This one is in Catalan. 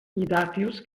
dàtils